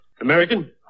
american